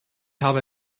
habe